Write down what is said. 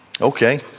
Okay